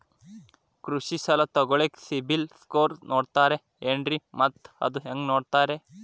ಕೃಷಿ ಸಾಲ ತಗೋಳಿಕ್ಕೆ ಸಿಬಿಲ್ ಸ್ಕೋರ್ ನೋಡ್ತಾರೆ ಏನ್ರಿ ಮತ್ತ ಅದು ಹೆಂಗೆ ನೋಡ್ತಾರೇ?